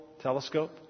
telescope